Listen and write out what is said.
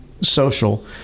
social